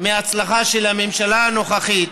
מההצלחה של הממשלה הנוכחית.